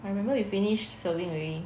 I remember you finish serving already